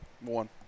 One